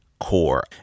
core